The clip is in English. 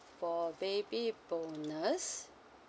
for baby bonus